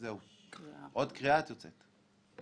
עוד קריאה את יוצאת.